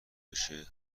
بشه